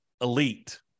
elite